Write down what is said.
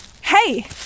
Hey